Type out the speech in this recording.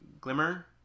Glimmer